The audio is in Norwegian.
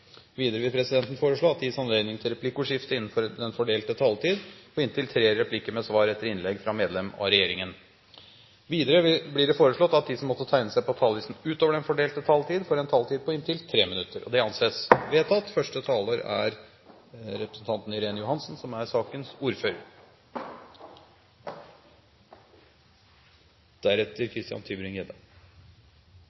Videre vil presidenten foreslå at det gis anledning til replikkordskifte på inntil tre replikker med svar etter innlegg fra medlem av regjeringen innenfor den fordelte taletid. Videre blir det foreslått at de som måtte tegne seg på talerlisten utover den fordelte taletid, får en taletid på inntil 3 minutter. – Det anses vedtatt. Representanter fra Fremskrittspartiet har fremmet forslag som